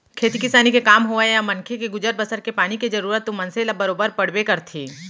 खेती किसानी के काम होवय या मनखे के गुजर बसर पानी के जरूरत तो मनसे ल बरोबर पड़बे करथे